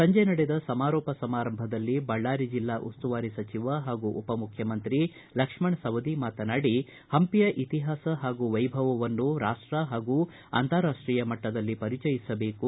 ಸಂಜೆ ನಡೆದ ಸಮಾರೋಪ ಸಮಾರಂಭದಲ್ಲಿ ಬಳ್ಳಾರಿ ಜಿಲ್ಲಾ ಉಸ್ತುವಾರಿ ಸಚಿವ ಹಾಗೂ ಉಪ ಮುಖ್ಯಮಂತ್ರಿ ಲಕ್ಷ್ಮಣ ಸವದಿ ಮಾತನಾಡಿ ಹಂಪಿಯ ಇತಿಹಾಸ ಹಾಗೂ ವೈಭವವನ್ನು ರಾಷ್ಟ ಹಾಗೂ ಅಂತಾರಾಷ್ಟೀಯಮಟ್ಟದಲ್ಲಿ ಪರಿಚಯಿಸಬೇಕು